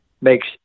makes